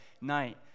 night